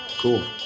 Cool